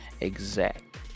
exact